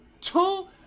Two